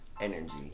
energy